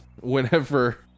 whenever